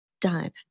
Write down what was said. done